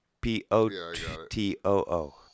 P-O-T-O-O